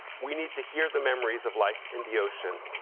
we need to hear the memories of life in the ocean,